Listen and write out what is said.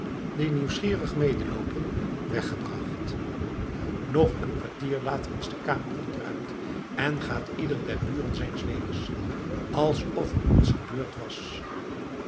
die nieuwsgierig medeloopen weggebracht nog een kwartier later is de kamer ontruimd en gaat ieder der buren zijns weegs alsof er niets gebeurd was